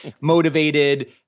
motivated